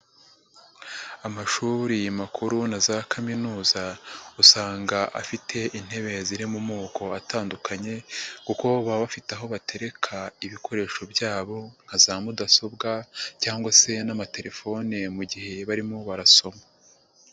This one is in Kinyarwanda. Amashuri makuru na za kaminuza usanga afite intebe ziri mu moko atandukanye kuko baba bafite aho batereka ibikoresho byabo nka za mudasobwa cyangwa se n'amatelefone mu gihe barimo barasoma.